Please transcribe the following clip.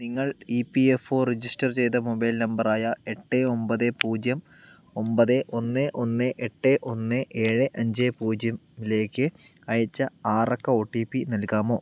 നിങ്ങൾ E P F O register ചെയ്ത mobile നമ്പറായ എട്ട് ഒമ്പത് പൂജ്യം ഒമ്പത് ഒന്ന് ഒന്ന് എട്ട് ഒന്ന് ഏഴ് അഞ്ച് പൂജ്യത്തിലേക്ക് അയച്ച ആറക്ക ഒ ടി പി നൽകാമോ